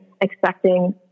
expecting